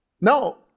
No